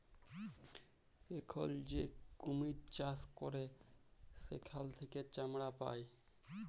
এখল যে কুমির চাষ ক্যরে সেখাল থেক্যে চামড়া পায়